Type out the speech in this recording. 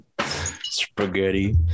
Spaghetti